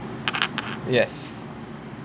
yes